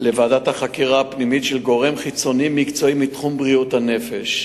לוועדת החקירה הפנימית גורם חיצוני מקצועי מתחום בריאות הנפש,